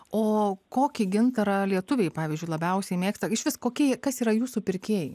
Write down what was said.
o kokį gintarą lietuviai pavyzdžiui labiausiai mėgsta išvis kokie kas yra jūsų pirkėjai